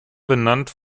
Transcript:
benannt